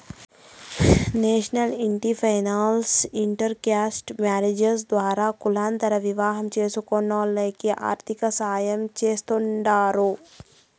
national ఇంటి finance inter caste marriages ద్వారా కులాంతర వివాహం చేస్కునోల్లకి ఆర్థికసాయం చేస్తాండారు